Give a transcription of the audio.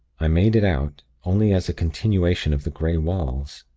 i made it out, only as a continuation of the grey walls.